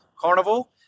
Carnival